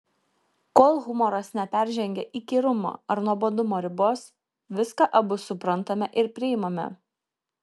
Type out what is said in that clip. kol humoras neperžengia įkyrumo ar nuobodumo ribos viską abu suprantame ir priimame